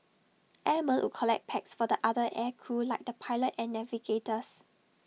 airmen would collect packs for the other air crew like the pilot and navigators